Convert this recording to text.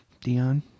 Dion